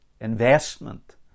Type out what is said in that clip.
investment